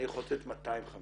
אני יכול לתת 250,